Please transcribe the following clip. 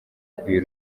uyu